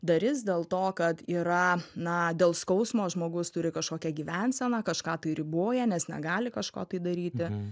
dalis dėl to kad yra na dėl skausmo žmogus turi kažkokią gyvenseną kažką tai riboja nes negali kažko tai daryti